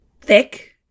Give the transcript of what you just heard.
thick